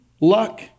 luck